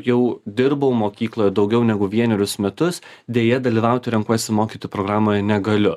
jau dirbau mokykloje daugiau negu vienerius metus deja dalyvauti renkuosi mokyti programoje negaliu